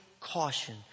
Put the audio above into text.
caution